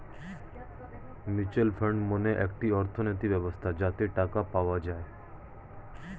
mutual fund মানে একটি অর্থনৈতিক ব্যবস্থা যাতে টাকা পাওয়া যায়